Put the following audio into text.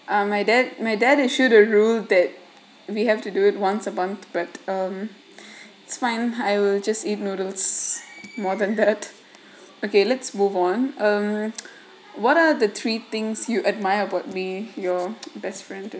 and my dad my dad issued a rule that we have to do it once a month but um it's fine I will just eat noodles more than that okay let's move on um what are the three things you admire about me your best friend